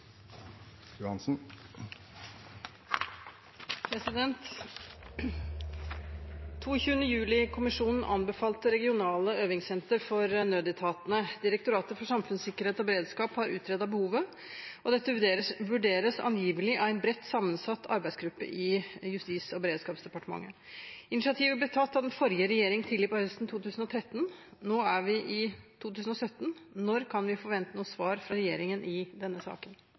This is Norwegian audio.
dette vurderes angivelig av en bredt sammensatt arbeidsgruppe i Justis- og beredskapsdepartementet. Initiativet ble tatt av den forrige regjeringen tidlig på høsten 2013. Nå er vi altså i 2017. Når kan vi forvente noe svar fra regjeringen i denne saken?»